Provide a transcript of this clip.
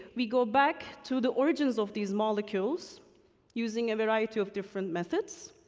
we go back to the origins of these molecules using a variety of different methods,